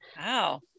Wow